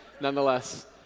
nonetheless